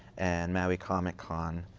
and maui comi-con,